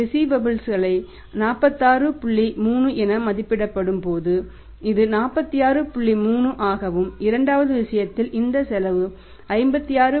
3 ஆகவும் இரண்டாவது விஷயத்தில் இந்த செலவு 56